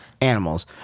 Animals